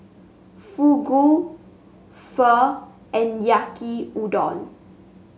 Fugu Pho and Yaki Udon